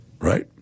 Right